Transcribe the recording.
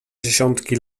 dziesiątki